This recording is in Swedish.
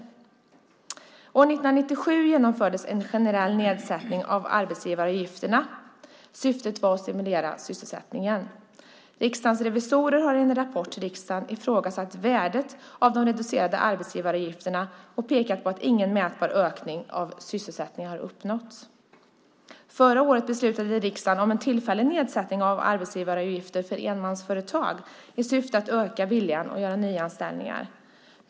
År 1997 genomfördes en generell nedsättning av arbetsgivaravgifterna. Syftet var att stimulera sysselsättningen. Riksdagens revisorer har i en rapport till riksdagen ifrågasatt värdet av de reducerade arbetsgivaravgifterna och pekat på att ingen mätbar ökning av sysselsättningen har uppnåtts. Förra året beslutade riksdagen om en tillfällig nedsättning av arbetsgivaravgifter för enmansföretag i syfte att öka viljan att göra nyanställningar.